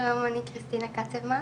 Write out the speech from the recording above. שלום אני קריסטינה כצבמן,